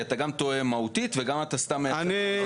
כי אתה גם טועה מהותית וגם אתה סתם --- אני,